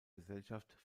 gesellschaft